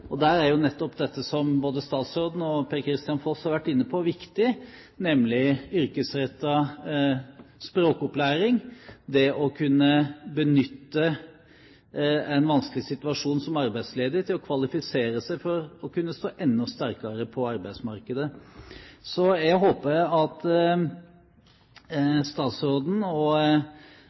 Der er jo nettopp dette som både statsråden og Per-Kristian Foss har vært inne på, viktig, nemlig yrkesrettet språkopplæring, det å kunne benytte en vanskelig situasjon som arbeidsledig til å kvalifisere seg for å kunne stå enda sterkere i arbeidsmarkedet. Så jeg håper at statsråden, og